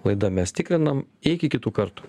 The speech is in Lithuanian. laida mes tikrinam iki kitų kartų